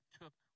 took